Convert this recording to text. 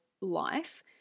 life